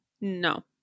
No